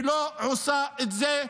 היא לא עושה את זה.